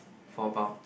for about